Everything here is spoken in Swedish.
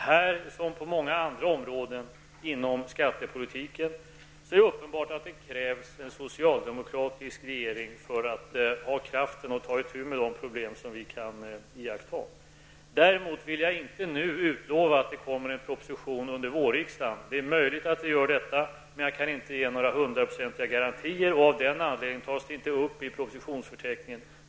Här som på många andra områden inom skattepolitiken är det uppenbart att det krävs en socialdemokratisk regering för att man skall ha kraft att ta itu med de problem som kan iakttas. Däremot kan jag inte nu utlova att det kommer en proposition under vårriksdagen. Det är möjligt, men jag kan inte ge några hundraprocentiga garantier. Av den anledningen finns det inte med någon förmögenhetsskatteproposition i propositionsförteckningen.